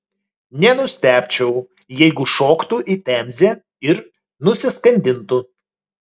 nenustebčiau jeigu šoktų į temzę ir nusiskandintų